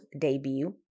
debut